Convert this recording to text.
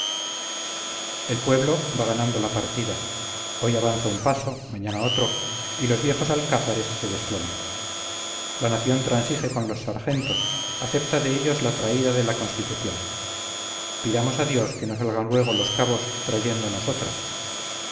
el pueblo va ganando la partida hoy avanza un paso mañana otro y los viejos alcázares se desploman la nación transige con los sargentos acepta de ellos la traída de la constitución pidamos a dios que no salgan luego los cabos trayéndonos otra